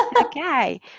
Okay